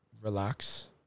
relax